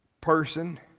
person